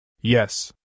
Yes